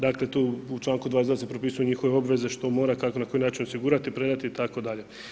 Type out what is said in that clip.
Dakle, tu u članku 22. se propisuju njihove obveze što mora kako i na koji način osigurati, predati itd.